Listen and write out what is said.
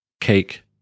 cake